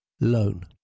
loan